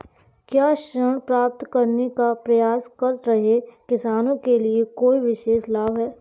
क्या ऋण प्राप्त करने का प्रयास कर रहे किसानों के लिए कोई विशेष लाभ हैं?